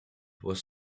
was